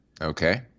Okay